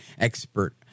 expert